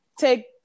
take